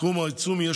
סכום העיצום יהיה